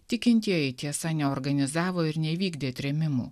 tikintieji tiesa neorganizavo ir nevykdė trėmimų